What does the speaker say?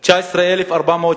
לפי התחזית של הלמ"ס,